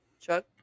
Chuck